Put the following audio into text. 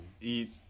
eat